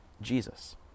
Jesus